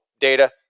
data